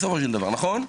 נכון?